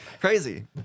crazy